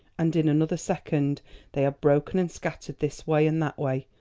and in another second they have broken and scattered this way and that way,